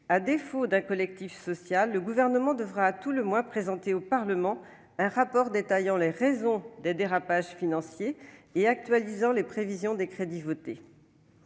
à défaut d'un collectif social, le Gouvernement devra à tout le moins présenter au Parlement un rapport détaillant les raisons des dérapages financiers et actualisant les prévisions en matière de crédits votés.